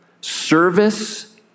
service